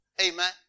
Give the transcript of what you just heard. Amen